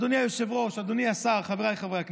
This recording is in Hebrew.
אדוני היושב-ראש, אדוני השר, חבריי חברי הכנסת,